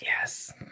yes